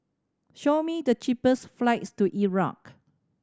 show me the cheapest flights to Iraq